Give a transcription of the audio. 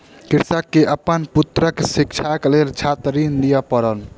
कृषक के अपन पुत्रक शिक्षाक लेल छात्र ऋण लिअ पड़ल